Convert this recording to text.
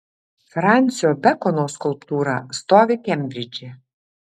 fransio bekono skulptūra stovi kembridže